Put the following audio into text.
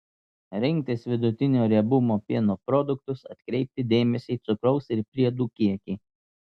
rinktis vidutinio riebumo pieno produktus atkreipti dėmesį į cukraus ir priedų kiekį